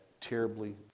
terribly